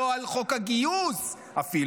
לא על חוק הגיוס אפילו,